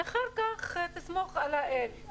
ואחר כך תסמוך על האל.